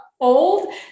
old